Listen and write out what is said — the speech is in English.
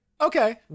Okay